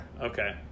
Okay